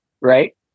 Right